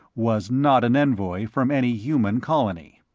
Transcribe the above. was not an envoy from any human colony.